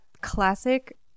classic